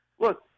look